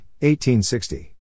1860